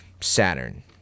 Saturn